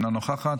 אינה נוכחת,